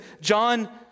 John